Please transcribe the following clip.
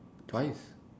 twice